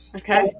okay